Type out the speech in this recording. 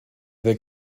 there